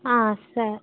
ಆಂ ಸರಿ